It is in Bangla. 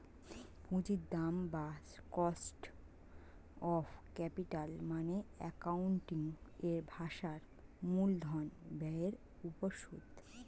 পুঁজির দাম বা কস্ট অফ ক্যাপিটাল মানে অ্যাকাউন্টিং এর ভাষায় মূলধন ব্যয়ের উপর সুদ